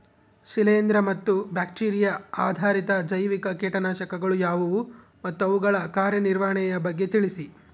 ಶಿಲೇಂದ್ರ ಮತ್ತು ಬ್ಯಾಕ್ಟಿರಿಯಾ ಆಧಾರಿತ ಜೈವಿಕ ಕೇಟನಾಶಕಗಳು ಯಾವುವು ಮತ್ತು ಅವುಗಳ ಕಾರ್ಯನಿರ್ವಹಣೆಯ ಬಗ್ಗೆ ತಿಳಿಸಿ?